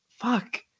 Fuck